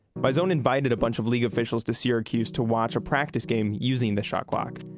biasone invited a bunch of league officials to syracuse to watch a practice game using the shot clock.